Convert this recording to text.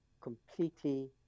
completely